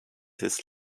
his